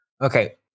Okay